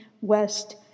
West